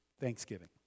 Thanksgiving